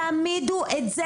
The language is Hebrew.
תעמידו את זה